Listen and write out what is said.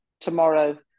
tomorrow